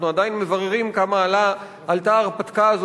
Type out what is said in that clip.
אנחנו עדיין מבררים כמה עלתה ההרפתקה הזאת